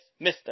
Mr